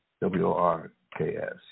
W-O-R-K-S